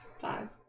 five